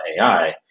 AI